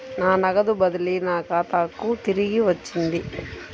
నా నగదు బదిలీ నా ఖాతాకు తిరిగి వచ్చింది